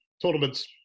tournament's